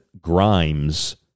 Grimes